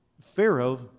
Pharaoh